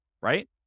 right